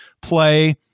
play